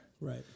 Right